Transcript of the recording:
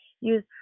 use